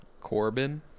Corbin